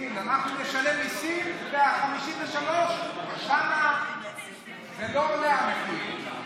אנחנו נשלם מיסים, וה-53, שם לא עולה המחיר.